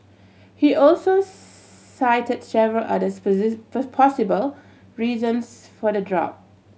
he also cite several other possible reasons for the drop